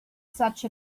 such